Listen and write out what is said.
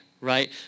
right